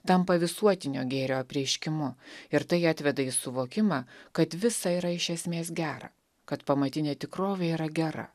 tampa visuotinio gėrio apreiškimu ir tai atveda į suvokimą kad visa yra iš esmės gera kad pamatinė tikrovė yra gera